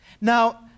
Now